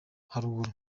haruguru